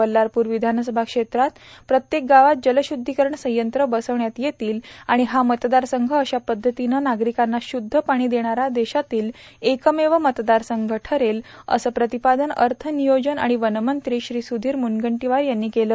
बल्लारपूर विधानसभा क्षेत्रातील प्रत्येक गावात जलशुद्धीकरण संयंत्र बसविण्यात येतील आणि हा मतदारसंघ अशा पद्धतीनं नागरिकांना शुद्ध पाणी देणारा देशातील एकमेव मतदारसंघ ठरेल असं प्रतिपादन अर्थ नियोजन आणि वनमंत्री श्री सुधीर मुनगंटीवार यांनी केलं